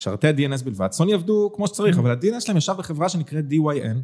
שרתי ה-DNS בלבד, סוני עבדו כמו שצריך, אבל ה-DNS שלהם ישר בחברה שנקראת DYN